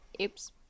Oops